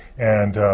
and